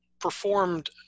performed